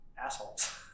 assholes